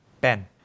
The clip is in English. Ben